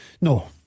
no